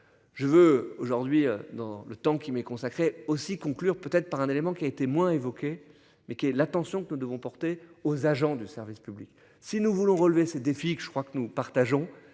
Je veux aujourd'hui dans le temps qui m'est consacré aussi conclure peut-être par un élément qui a été moins évoqué mais qui est la tension que nous devons porter aux agents de service public. Si nous voulons relever ces défis que je crois que nous partageons.